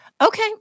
Okay